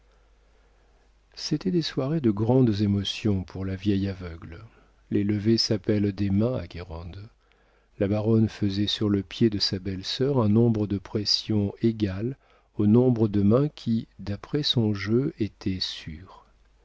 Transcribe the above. c'était des soirées de grandes émotions pour la vieille aveugle les levées s'appellent des mains à guérande la baronne faisait sur le pied de sa belle-sœur un nombre de pressions égal au nombre de mains qui d'après son jeu étaient sûres